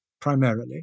primarily